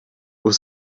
was